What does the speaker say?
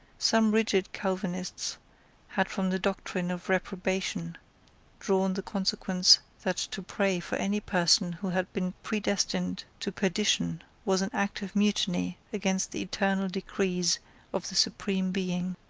some rigid calvinists had from the doctrine of reprobation drawn the consequence that to pray for any person who had been predestined to perdition was an act of mutiny against the eternal decrees of the supreme being.